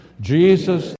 Jesus